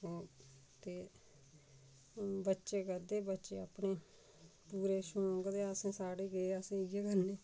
ते बच्चे करदे बच्चे अपनी पूरे शौंक ते असें साढ़े केह् ऐ असें इ'यै करने